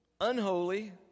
unholy